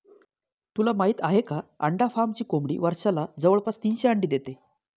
तुला माहित आहे का? अंडा फार्मची कोंबडी वर्षाला जवळपास तीनशे अंडी देते